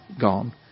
gone